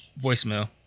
voicemail